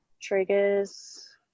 triggers